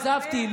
לא עזבתי.